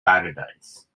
paradise